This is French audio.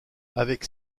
avec